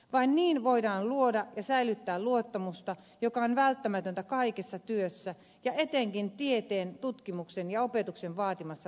vain niin voidaan luoda ja säilyttää luottamusta joka on välttämätöntä kaikessa työssä ja etenkin tieteen tutkimuksen ja opetuksen vaatimassa luovassa prosessissa